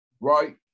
right